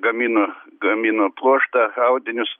gamino gamino pluoštą audinius